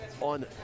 on